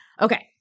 Okay